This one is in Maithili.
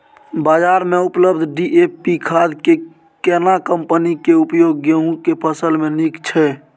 बाजार में उपलब्ध डी.ए.पी खाद के केना कम्पनी के उपयोग गेहूं के फसल में नीक छैय?